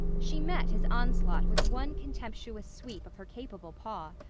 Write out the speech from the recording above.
she met his onslaught with one contemptuous sweep of her capable paw.